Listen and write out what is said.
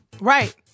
right